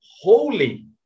holy